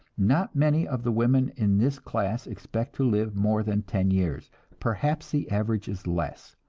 not many of the women in this class expect to live more than ten years perhaps the average is less.